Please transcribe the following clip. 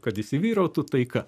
kad įsivyrautų taika